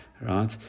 Right